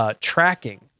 Tracking